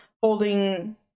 holding